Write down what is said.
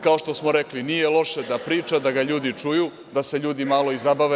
Kao što smo rekli, nije loše da priča, da ga ljudi čuju, da se ljudi malo i zabave.